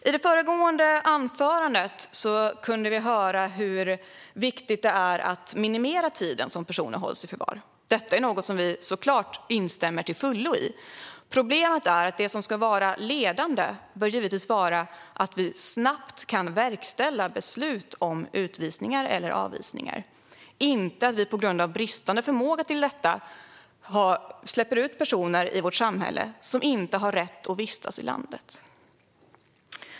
I det föregående anförandet kunde vi höra hur viktigt det är att minimera den tid som personer hålls i förvar. Detta är såklart något som vi instämmer i till fullo. Problemet är att det som ska vara ledande givetvis bör vara att vi snabbt kan verkställa beslut om utvisningar eller avvisningar, inte att vi på grund av bristande förmåga till detta släpper ut personer i vårt samhälle som inte har rätt att vistas i landet.